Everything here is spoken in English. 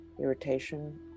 irritation